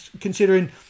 considering